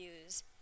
views